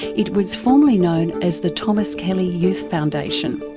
it was formerly known as the thomas kelly youth foundation.